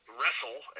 wrestle